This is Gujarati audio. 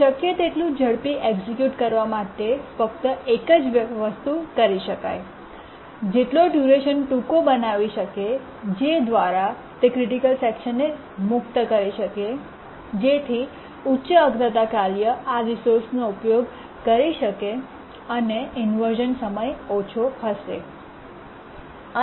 શક્ય તેટલું ઝડપી એક્સિક્યૂટ કરવા માટે ફક્ત એક જ વસ્તુ કરી શકાય જેટલો ડ્યૂરેશન ટૂંકો બનાવી શકે જેના દ્વારા તે ક્રિટિકલ સેકશનને મુક્ત કરી શકે જેથી ઉચ્ચ અગ્રતા કાર્ય આ રિસોર્સનો ઉપયોગ કરી શકે અને ઇન્વર્શ઼ન સમય ઓછો હશે